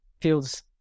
feels